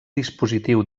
dispositiu